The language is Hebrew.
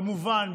כמובן,